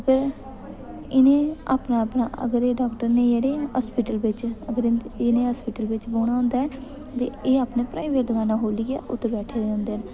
अग्गै इ'नें अपना अपना अगर एह् डाक्टर नेईं हस्पिटल बिच अगर एह् इ'नें हस्पिटल बिच बौंह्ना होंदा ऐ ते एह् अपनी अपनी दकानां खोलियै उधर बैठे दे होंदे न